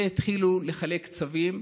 והתחילו לחלק צווים.